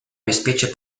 обеспечат